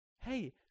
hey